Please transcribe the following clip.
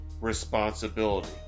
responsibility